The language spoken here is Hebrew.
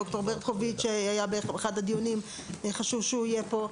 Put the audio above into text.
גם ד"ר ברקוביץ' היה פה באחד הדיונים וחשוב שיהיה פה.